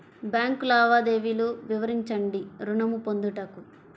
Bank లావాదేవీలు వివరించండి ఋణము పొందుటకు?